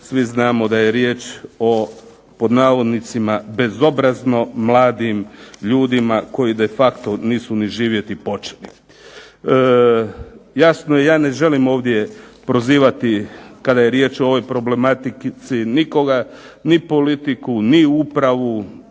svi znamo da je riječ o, pod navodnicima bezobrazno mladim ljudima koji de facto nisu ni živjeti počeli. Jasno ja ne želim ovdje prozivati kada je riječ o ovoj problematici nikoga, ni politiku, ni upravu,